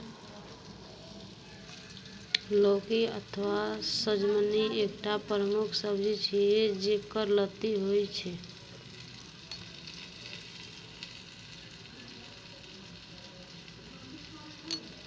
लौकी अथवा सजमनि एकटा प्रमुख सब्जी छियै, जेकर लत्ती होइ छै